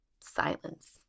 silence